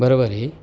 बरोबर आहे